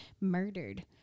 murdered